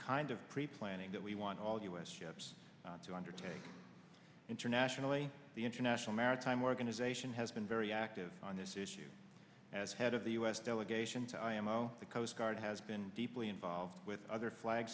kind of pre planning that we want all of us ships to undertake internationally the international maritime organization has been very active on this issue as head of the u s delegations imo the coast guard has been deeply involved with other flag